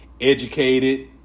educated